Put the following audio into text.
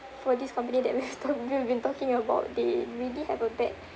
for this company that we are talk we've been talking about they really have a bad